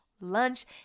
lunch